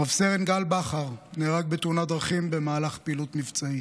רב-סרן גל בכר נהרג בתאונת דרכים במהלך פעילות מבצעית,